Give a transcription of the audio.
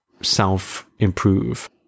self-improve